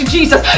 Jesus